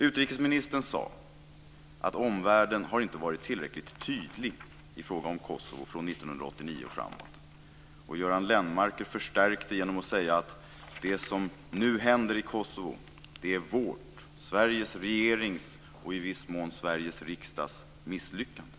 Utrikesministern sade att omvärlden inte har varit tillräckligt tydlig i fråga om Kosovo från 1989 och framåt, och Göran Lennmarker förstärkte genom att säga att det som nu händer i Kosovo är vårt - Sveriges regerings och i viss mån Sveriges riksdags - misslyckande.